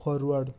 forward